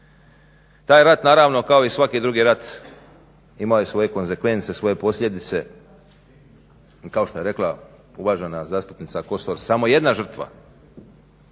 Taj je rat naravno kao i svaki drugi rat imao je svoje konzekvence, svoje posljedice kao što je rekla uvažena zastupnica Kosor samo jedna žrtva